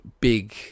big